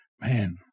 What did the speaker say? Man